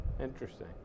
Interesting